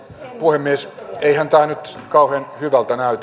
eihän tämä nyt kauhean hyvältä näytä